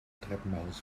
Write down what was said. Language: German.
treppenhaus